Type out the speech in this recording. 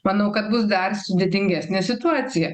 manau kad bus dar sudėtingesnė situacija